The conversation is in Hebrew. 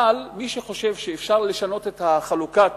אבל מי שחושב שאפשר לשנות את חלוקת